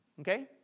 Okay